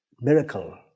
miracle